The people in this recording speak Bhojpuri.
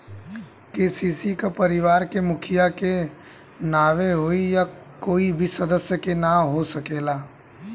के.सी.सी का परिवार के मुखिया के नावे होई या कोई भी सदस्य के नाव से हो सकेला?